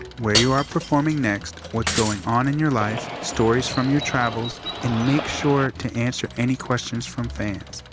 where you are performing next, what's going on in your life, stories from your travels, and make sure to answer any questions from fans.